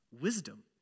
wisdom